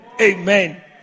Amen